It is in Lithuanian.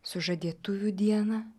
sužadėtuvių dieną